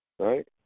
right